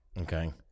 Okay